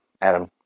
Adam